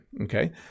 Okay